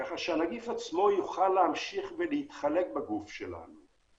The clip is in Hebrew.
כך שהנגיף עצמו יוכל להמשיך ולהתחלק בגוף שלנו,